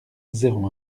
zéro